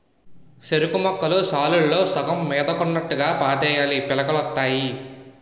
సెరుకుముక్కలు సాలుల్లో సగం మీదకున్నోట్టుగా పాతేయాలీ పిలకలొత్తాయి